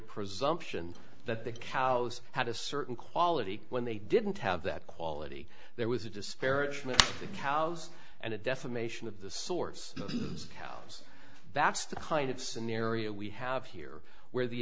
presumption that the cows had a certain quality when they didn't have that quality there was a disparagement of the cows and a defamation of the source was that's the kind of scenario we have here where the